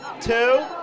Two